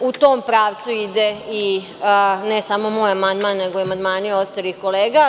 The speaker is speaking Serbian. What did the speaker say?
U tom pravcu ide i ne samo moj amandman, nego i amandmani ostalih kolega.